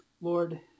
Lord